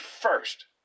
first